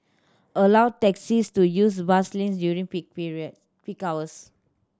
allow taxis to use bus lanes during peak peak hours